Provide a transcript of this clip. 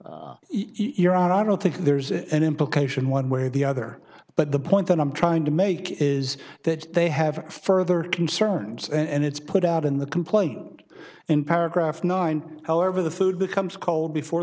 and your are i don't think there's an implication one way or the other but the point i'm trying to make is that they have further concerns and it's put out in the complaint in paragraph nine however the food becomes cold before